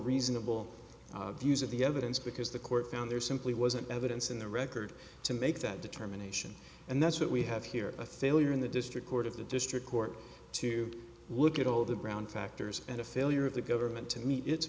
reasonable views of the evidence because the court found there simply wasn't evidence in the record to make that determination and that's what we have here a thaler in the district court of the district court to look at all of the brown factors and a failure of the government to meet it